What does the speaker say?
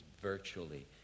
virtually